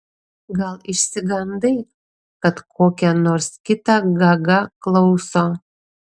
gal išsigandai kad kokia nors kita gaga klauso